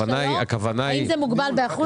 האם זה מוגבל באחוזים?